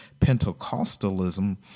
Pentecostalism